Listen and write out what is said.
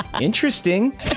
Interesting